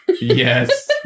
yes